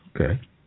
Okay